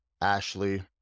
Ashley